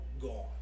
gone